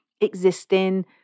existing